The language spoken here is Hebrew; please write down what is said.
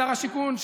לשר השיכון,